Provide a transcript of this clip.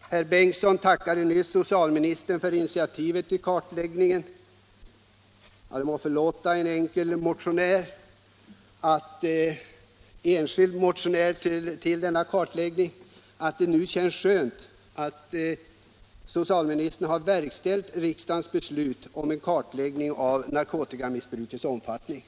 Herr Bengtsson i Göteborg tackade nyss socialministern för initiativet till kartläggningen. Man må förlåta en enkel motionär om han uttalar att det känns skönt att man nu har verkställt riksdagens beslut om en kartläggning av narkotikamissbrukets omfattning.